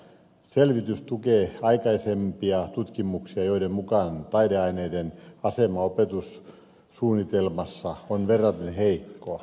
selvitys tukee aikaisempia tutkimuksia joiden mukaan taideaineiden asema opetussuunnitelmassa on verraten heikkoa